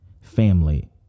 Family